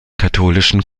katholischen